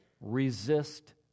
Resist